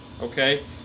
okay